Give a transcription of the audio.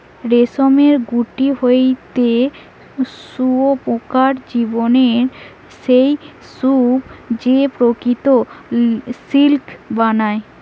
রেশমের গুটি হতিছে শুঁয়োপোকার জীবনের সেই স্তুপ যে প্রকৃত সিল্ক বানায়